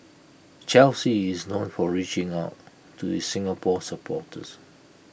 Chelsea is known for reaching out to its Singapore supporters